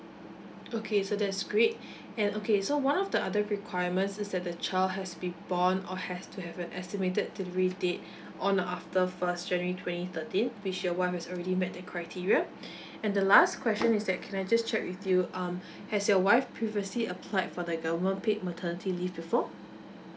okay so that is great and okay so one of the other requirements is that the child has been born or has to have an estimated delivery date on or after first january twenty thirteen which your wife has already met the criteria and the last question is that can I just check with you um has your wife previously applied for the government paid maternity leave before